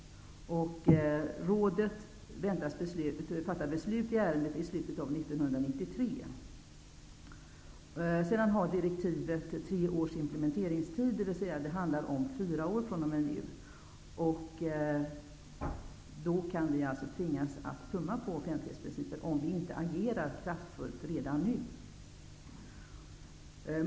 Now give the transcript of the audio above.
Rådet väntas fatta beslut i ärendet i slutet av 1993. Direktivet har tre års implementeringstid, dvs. det handlar om fyra år fr.o.m. nu. Då kan vi tvingas tumma på offentlighetsprincipen, om vi inte agerar kraftfullt redan nu.